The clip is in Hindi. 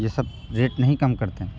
यह सब रेट नहीं कम करतें